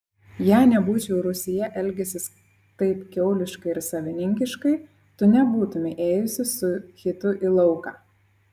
jei nebūčiau rūsyje elgęsis taip kiauliškai ir savininkiškai tu nebūtumei ėjusi su hitu į lauką